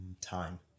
Time